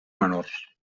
menors